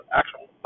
actual